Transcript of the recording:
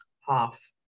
half